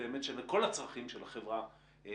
באמת של כל הצרכים של החברה בישראל,